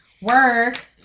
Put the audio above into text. Work